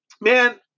Man